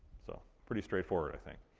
so. pretty straightforward, i think.